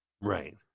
Right